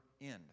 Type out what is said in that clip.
end